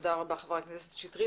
תודה רבה, חברת הכנסת שטרית.